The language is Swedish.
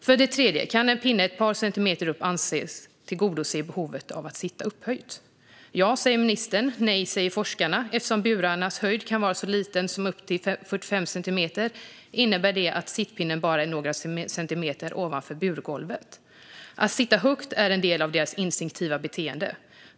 För det tredje: Kan en pinne ett par centimeter upp anses tillgodose behovet av att sitta upphöjt? Ja, säger ministern. Nej, säger forskarna. Eftersom burens höjd kan vara så liten som 45 centimeter innebär det att sittpinnen bara är några centimeter ovanför burgolvet. Att sitta högt är en del av deras instinktiva beteende.